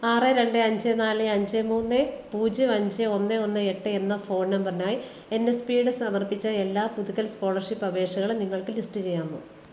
ആറ് രണ്ട് അഞ്ച് നാല് അഞ്ച് മൂന്ന് പൂജ്യം അഞ്ച് ഒന്ന് ഒന്ന് എട്ട് എന്ന ഫോൺ നമ്പറിനായി എൻ എസ് പിയുടെ സമർപ്പിച്ച എല്ലാ പുതുക്കൽ സ്കോളർഷിപ്പ് അപേക്ഷകളും നിങ്ങൾക്ക് ലിസ്റ്റ് ചെയ്യാമോ